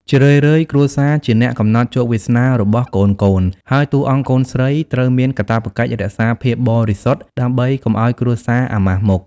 ជារឿយៗ គ្រួសារជាអ្នកកំណត់ជោគវាសនារបស់កូនៗ ហើយតួអង្គកូនស្រីត្រូវមានកាតព្វកិច្ចរក្សាភាពបរិសុទ្ធដើម្បីកុំឱ្យគ្រួសារអាម៉ាស់មុខ។